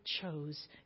chose